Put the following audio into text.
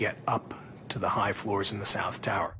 get up to the high floors in the south tower